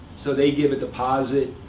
so they give a deposit,